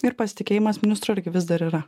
ir pasitikėjimas ministru irgi vis dar yra